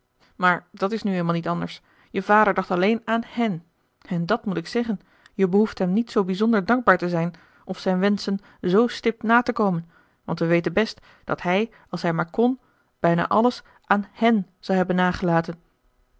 maar dat is nu eenmaal niet anders je vader dacht alleen aan hen en dàt moet ik zeggen je behoeft hem niet zoo bijzonder dankbaar te zijn of zijn wenschen zoo stipt na te komen want we weten best dat hij als hij maar kn bijna alles aan hen zou hebben nagelaten